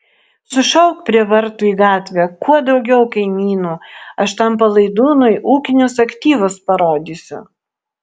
sušauk prie vartų į gatvę kuo daugiau kaimynų aš tam palaidūnui ūkinius aktyvus parodysiu